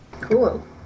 cool